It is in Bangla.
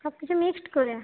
সব কিছু মিক্সড করে